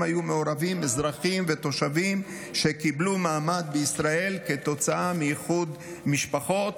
היו מעורבים אזרחים ותושבים שקיבלו מעמד בישראל כתוצאה מאיחוד משפחות,